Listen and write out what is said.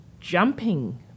jumping